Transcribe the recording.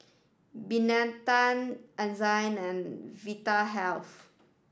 Betadine Enzyplex and Vitahealth